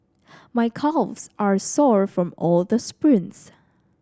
my calves are sore from all the sprints